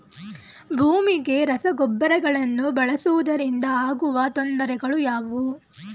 ಭೂಮಿಗೆ ರಸಗೊಬ್ಬರಗಳನ್ನು ಬಳಸುವುದರಿಂದ ಆಗುವ ತೊಂದರೆಗಳು ಯಾವುವು?